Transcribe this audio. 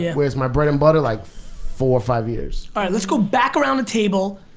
yeah where it's my bread and butter, like four or five years. alright, let's go back around the table.